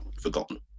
forgotten